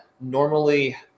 normally